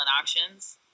auctions